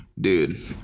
Dude